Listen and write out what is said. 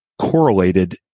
correlated